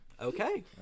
Okay